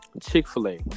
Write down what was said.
Chick-fil-A